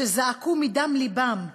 שזעקו מדם לבם,